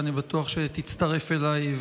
ואני בטוח שתצטרף אליי,